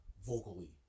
Vocally